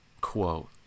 quote